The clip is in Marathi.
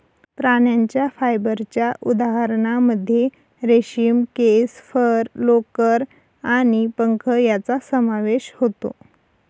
प्राण्यांच्या फायबरच्या उदाहरणांमध्ये रेशीम, केस, फर, लोकर आणि पंख यांचा समावेश होतो